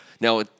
Now